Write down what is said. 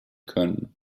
können